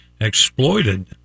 exploited